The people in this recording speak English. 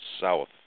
south